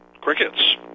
crickets